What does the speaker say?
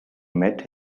met